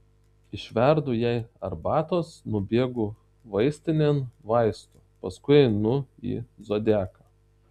išverdu jai arbatos nubėgu vaistinėn vaistų paskui einu į zodiaką